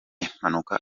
impanuka